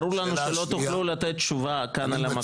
ברור לנו שלא תוכלו לתת תשובה כאן על המקום.